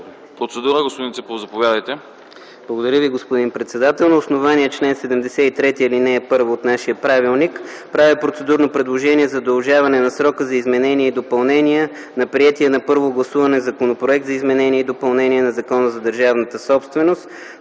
Процедура – господин Ципов, заповядайте. КРАСИМИР ЦИПОВ (ГЕРБ): Благодаря Ви, господин председател. На основание чл. 73, ал. 1 от нашия правилник, правя процедурно предложение за удължаване на срока за изменение и допълнение на приетия на първо гласуване Законопроект за изменение и допълнение на Закона за държавната собственост